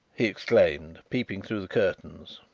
he exclaimed, peeping through the curtains.